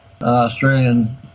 Australian